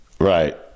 Right